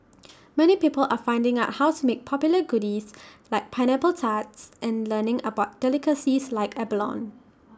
many people are finding out how to make popular goodies like pineapple tarts and learning about delicacies like abalone